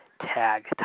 Tag